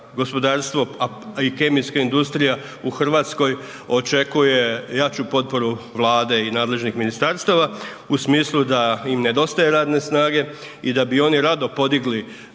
gospodarstvo, a i kemijska industrija u Hrvatskoj očekuje jaču potporu Vlade i nadležnih ministarstava u smislu da im nedostaje radne snage i da bi oni rado podigli